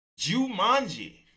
Jumanji